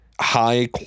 high